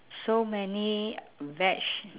so many veg